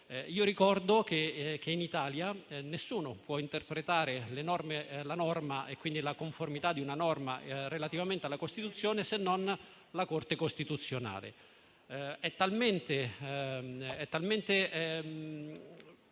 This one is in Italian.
Ricordo che in Italia nessuno può interpretare la norma e quindi la sua conformità rispetto alla Costituzione, se non la Corte costituzionale.